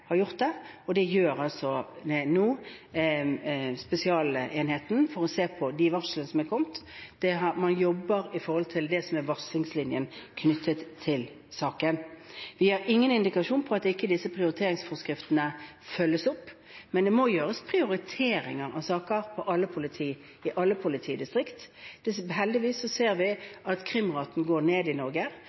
har gjort det. Det gjør Spesialenheten nå når de ser på det varselet som er kommet. Man jobber i linjen knyttet til varslingssaken. Vi har ingen indikasjon på at disse prioriteringsforskriftene ikke følges opp, men det må gjøres prioriteringer av saker i alle politidistrikter. Heldigvis ser vi at krimraten går ned i Norge.